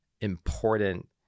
important